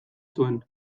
zuen